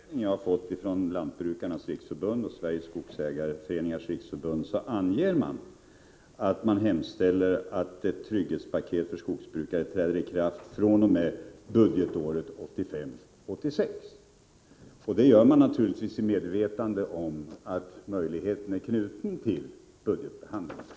Herr talman! I den framställning som jag fått från Lantbrukarnas riksförbund och Sveriges skogsägareföreningars riksförbund hemställer man att trygghetspaketet skall införas så att försäkringssystemet kan träda i kraft fr.o.m. budgetåret 1985/86. Detta gör man naturligtvis i medvetande om att möjligheten är knuten till budgetbehandlingen.